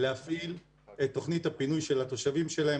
להפעיל את תוכנית הפינוי של התושבים שלהם,